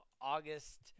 August